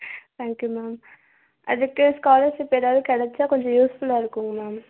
thank you ma'am அதுக்கு scholarship ஏதாவது கிடைச்சா கொஞ்சம் யூஸ்ஃபுல்லாக இருக்குங்க மேம்